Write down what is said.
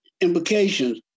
implications